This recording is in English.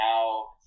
now